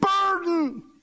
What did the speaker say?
burden